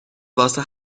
واسه